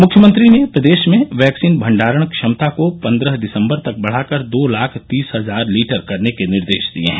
मुख्यमंत्री ने प्रदेश में वैक्सीन भण्डारण क्षमता को पन्द्रह दिसम्बर तक बढ़ाकर दो लाख तीस हजार लीटर करने के निर्देश दिये हैं